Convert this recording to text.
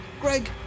Greg